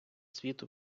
світу